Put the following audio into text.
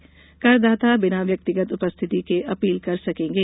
करदाता बिना व्यक्तिगत उपस्थिति के अपील कर सकेंगे